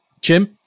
jim